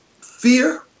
fear